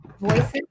voices